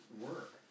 work